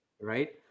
right